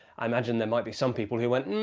i imagine there might be some people who went